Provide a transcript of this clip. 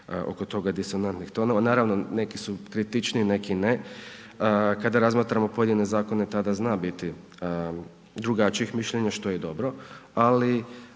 oko toga disonantnih tonova, naravno neki su kritičniji neki ne. Kada razmatramo pojedine zakone tada zna biti drugačijih mišljenja, što je dobro, ali